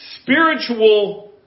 spiritual